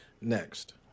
next